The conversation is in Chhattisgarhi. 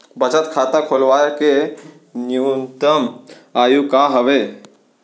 बचत खाता खोलवाय के न्यूनतम आयु का हवे?